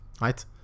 right